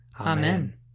Amen